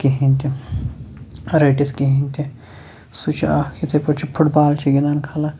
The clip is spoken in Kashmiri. کِہیٖنۍ تہِ رٔٹِتھ کِہیٖنۍ تہِ سُہ چھُ اَکھ یِتھٔے پٲٹھۍ چھِ فُٹ بال چھِ گِنٛدان خلق